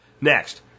Next